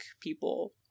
people